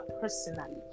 personally